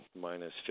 minus